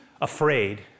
afraid